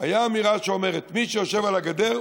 הייתה אמירה שאומרת: מי שיושב על הגדר,